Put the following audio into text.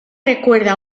recuerda